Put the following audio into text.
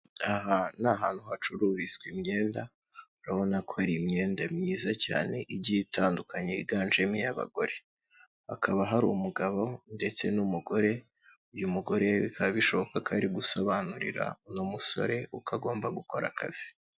Aha ni ahantu hacururizwa imyenda, urabona ko hari imyenda myiza cyane igiye itandukanye iganjemo iy'abagore. Hakaba hari umugabo ndetse n'umugore, uyu mugore bikaba bishoboka ko ari gusobanurira uyu musore, uko agomba gukora akazi.